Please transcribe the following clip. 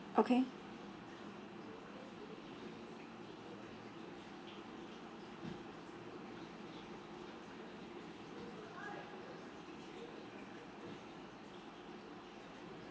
okay